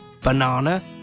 banana